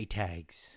tags